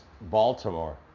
Baltimore